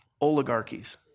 oligarchies